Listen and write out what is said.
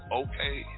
okay